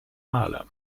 maler